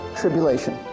tribulation